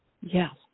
yes